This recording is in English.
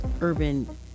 Urban